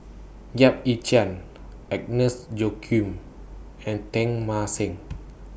Yap Ee Chian Agnes Joaquim and Teng Mah Seng